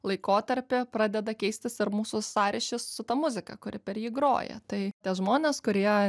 laikotarpį pradeda keistis ir mūsų sąryšis su ta muzika kuri per jį groja tai tie žmonės kurie